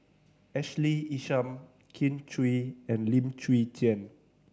Ashley Isham Kin Chui and Lim Chwee Chian